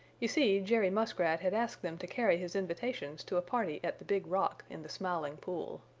you see, jerry muskrat had asked them to carry his invitations to a party at the big rock in the smiling pool.